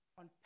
on